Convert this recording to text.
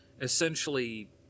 essentially